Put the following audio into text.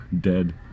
dead